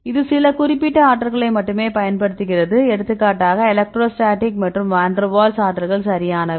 இது சில குறிப்பிட்ட ஆற்றல்களை மட்டுமே பயன்படுத்துகிறது எடுத்துக்காட்டாக எலக்ட்ரோஸ்டாடிக் மற்றும் வான் டெர் வால்ஸ் ஆற்றல்கள் சரியானவை